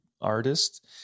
artist